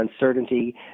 uncertainty